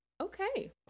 Okay